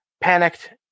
panicked